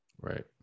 right